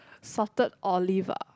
salted olive ah